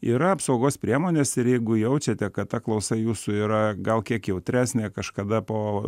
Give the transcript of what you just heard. yra apsaugos priemonės ir jeigu jaučiate kad ta klausa jūsų yra gal kiek jautresnė kažkada po